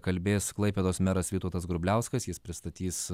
kalbės klaipėdos meras vytautas grubliauskas jis pristatys